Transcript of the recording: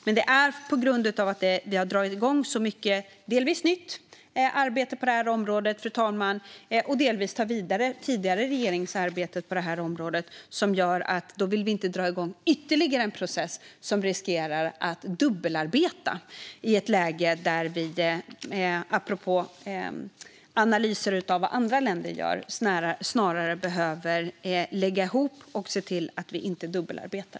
Men eftersom vi har dragit igång mycket delvis nytt arbete på detta område, fru talman, och delvis tar vidare det tidigare regeringsarbetet på detta område vill vi inte dra igång ytterligare en process. Det riskerar då att bli dubbelarbete. Apropå analyser av vad andra länder gör behöver vi snarare lägga ihop detta och se till att vi inte dubbelarbetar.